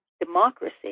democracy